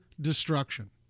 Destruction